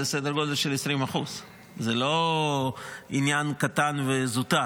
זה סדר גודל של 20%. זה לא עניין קטן וזוטר,